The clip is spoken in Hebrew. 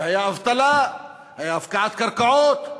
והייתה אבטלה, והיו הפקעת קרקעות,